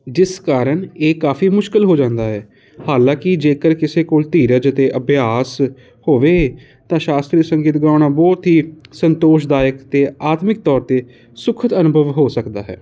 ਜਿਸ ਕਾਰਨ ਇਹ ਕਾਫ਼ੀ ਮੁਸ਼ਕਲ ਹੋ ਜਾਂਦਾ ਹੈ ਹਾਲਾਂਕਿ ਜੇਕਰ ਕਿਸੇ ਕੋਲ ਧੀਰਜ ਅਤੇ ਅਭਿਆਸ ਹੋਵੇ ਤਾਂ ਸ਼ਾਸਤਰੀ ਸੰਗੀਤ ਗਾਉਣਾ ਬਹੁਤ ਹੀ ਸੰਤੋਸ਼ਦਾਇਕ ਅਤੇ ਆਤਮਿਕ ਤੌਰ 'ਤੇ ਸੁੱਖਦ ਅਨੁਭਵ ਹੋ ਸਕਦਾ ਹੈ